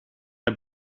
der